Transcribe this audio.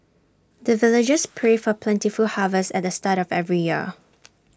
the villagers pray for plentiful harvest at the start of every year